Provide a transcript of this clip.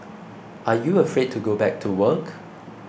are you afraid to go back to work